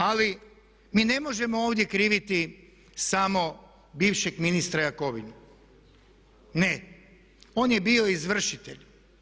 Ali, mi ne možemo ovdje kriviti samo bivšeg ministra Jakovinu, ne, on je bio izvršitelj.